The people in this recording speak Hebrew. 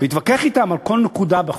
ויתווכח אתם על כל נקודה בחוק.